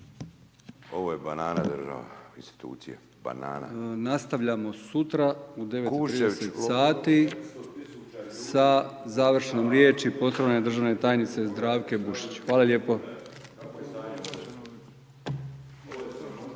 Milijan (HDZ)** Nastavljamo sutra u 9,30 sati sa završnom riječi poštovane državne tajnice Zdravke Bušić. Hvala lijepo.